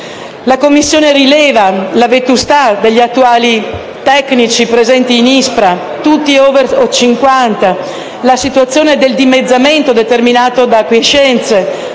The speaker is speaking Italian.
La Commissione rileva la vetustà degli attuali tecnici presenti in ISPRA, tutti *over* 50 e la situazione del dimezzamento, determinato da quiescenze.